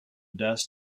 dust